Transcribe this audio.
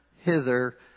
hither